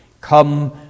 come